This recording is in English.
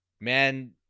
Man